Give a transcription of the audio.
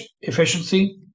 efficiency